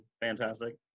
fantastic